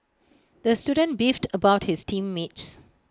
the student beefed about his team mates